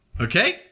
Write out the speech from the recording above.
Okay